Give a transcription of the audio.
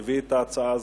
שהביא את ההצעה הזאת.